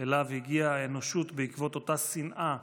שאליו הגיעה האנושות בעקבות אותה שנאה